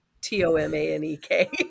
T-O-M-A-N-E-K